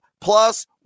plus